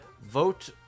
vote